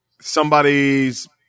somebody's